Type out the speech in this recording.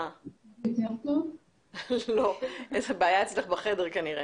כך משכנעת והיא סיימה את דבריה בכך שהיא רוצה שיהיה